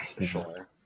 Sure